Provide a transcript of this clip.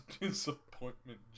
Disappointment